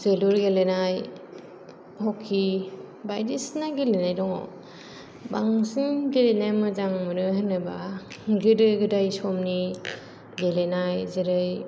जोलुर गेलेनाय ह'कि बायदिसिना गेलेनाय दङ बांसिन गेलेनो मोजां मोनो होनोबा गोदो गोदाय समनि गेलेनाय जेरै